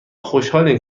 خوشحالیم